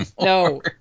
No